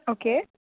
okay